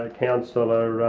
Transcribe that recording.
ah councillor